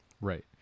right